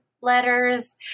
letters